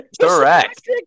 Correct